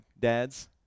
dads